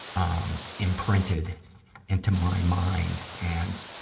um, imprinted into my mind. and,